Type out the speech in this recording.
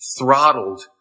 throttled